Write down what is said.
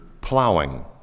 plowing